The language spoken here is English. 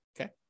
okay